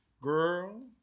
Girl